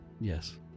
Yes